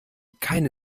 keine